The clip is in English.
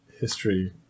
history